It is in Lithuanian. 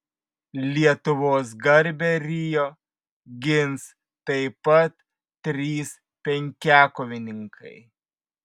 lietuvos garbę rio gins taip pat trys penkiakovininkai